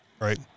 Right